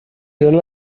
dóna